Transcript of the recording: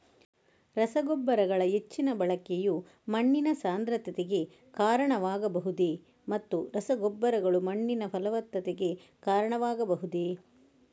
ರಸಗೊಬ್ಬರಗಳ ಹೆಚ್ಚಿನ ಬಳಕೆಯು ಮಣ್ಣಿನ ಸಾಂದ್ರತೆಗೆ ಕಾರಣವಾಗಬಹುದೇ ಮತ್ತು ರಸಗೊಬ್ಬರಗಳು ಮಣ್ಣಿನ ಫಲವತ್ತತೆಗೆ ಕಾರಣವಾಗಬಹುದೇ?